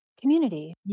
community